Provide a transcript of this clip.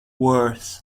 worth